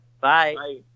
Bye